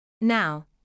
Now